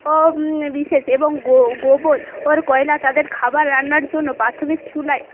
ও বিশেষ এবং গোবর ওর কয়লা তাদের খাবার রান্নার জন্য প্রাথমিক চুলায়